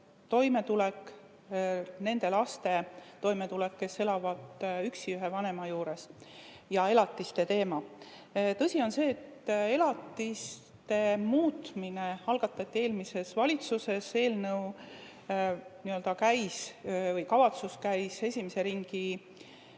toimetulek ja nende laste toimetulek, kes elavad ühe vanema juures, ja elatiste teema. Tõsi on see, et elatiste muutmine algatati eelmises valitsuses, eelnõu [väljatöötamis]kavatsus käis esimese